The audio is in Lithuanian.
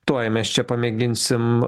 tuoj mes čia pamėginsim